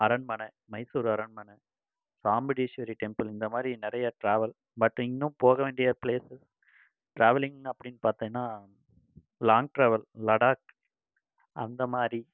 அரண்மனை மைசூர் அரண்மனை பாம்படீஸ்வரி டெம்பிள் இந்த மாதிரி நிறையா ட்ராவல் பட் இன்னும் போக வேண்டிய ப்ளேஸஸ் ட்ராவலிங் அப்படினு பார்த்தேனா லாங் ட்ராவல் லடாக் அந்த மாதிரி